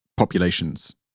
Populations